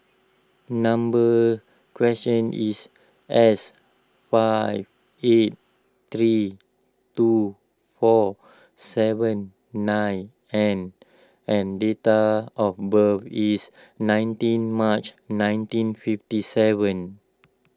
number question is S five eight three two four seven nine N and date of birth is nineteen March nineteen fifty seven